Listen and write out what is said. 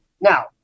Now